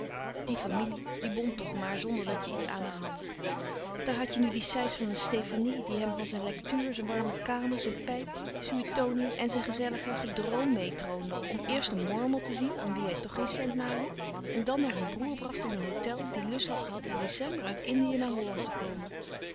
die familie die bond toch maar zonder dat je iets aan haar had daar hadt je nu die sijs van een stefanie die hem van zijn lectuur zijn warme kamer zijn pijp suetonius en zijn gezellig gedroom meêtroonde om eerst een mormel te zien aan wie hij toch geen cent naliet en dan naar een broêr bracht in een hôtel die lust had gehad in december uit indië naar holland te komen